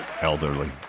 Elderly